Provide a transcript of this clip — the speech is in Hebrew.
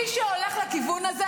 מי שהולך לכיוון הזה,